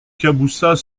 caboussat